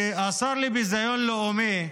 שהשר לביזיון לאומי,